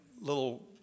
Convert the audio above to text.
little